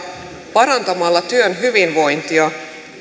parantamalla työhyvinvointia